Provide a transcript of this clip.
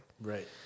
Right